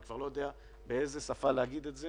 אני כבר לא יודע באיזו שפה להגיד את זה